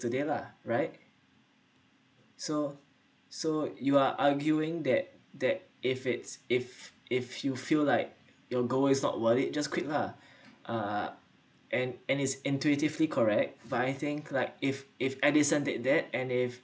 today lah right so so you are arguing that that if it's if if you feel like your goal is not worried just quit lah uh and and it's intuitively correct but anything like if if edison did that and if